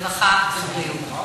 הרווחה והבריאות.